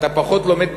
אתה פחות לומד בלשנן.